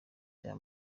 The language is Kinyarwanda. bya